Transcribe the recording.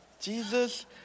Jesus